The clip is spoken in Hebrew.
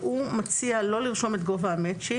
הוא מציע לא לרשום את גובה המאטצ'ים